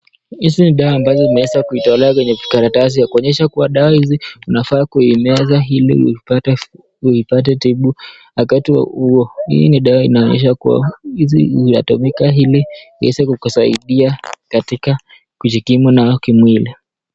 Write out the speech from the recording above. Hizi ni dawa ambazo zimeweza kuitolewa kwenye vijikaratasi kwa kuonyesha kuwa dawa hizi unafaa kuimeza ili uipate tibu wakati huo, hii ni dawa inaonyesha kuwa hizi hutumika ili iweze kukusaidia katika kujikimu nao kimwili.